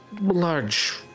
large